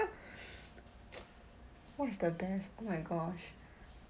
what is the best oh my gosh